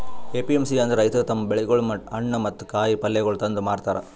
APMC ಅಂದುರ್ ರೈತುರ್ ತಮ್ ಬೆಳಿಗೊಳ್, ಹಣ್ಣ ಮತ್ತ ಕಾಯಿ ಪಲ್ಯಗೊಳ್ ತಂದು ಮಾರತಾರ್